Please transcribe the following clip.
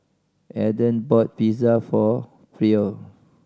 Aedan bought Pizza for Pryor